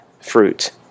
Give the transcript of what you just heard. fruit